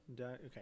okay